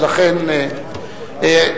ולכן,